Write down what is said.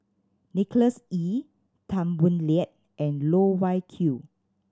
Nicholas Ee Tan Boo Liat and Loh Wai Kiew